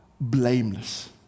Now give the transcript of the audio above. blameless